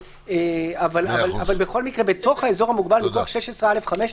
אבל בכל מקרה בתוך האזור המוגבל, מכוח 16(א)(5),